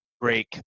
Break